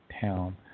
town